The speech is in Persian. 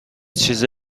چیز